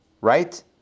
Right